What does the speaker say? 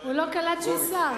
הוא סר קצת הצדה, אבל הוא נמצא.